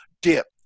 dip